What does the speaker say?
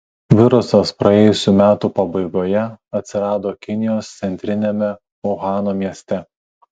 virusas praėjusių metų pabaigoje atsirado kinijos centriniame uhano mieste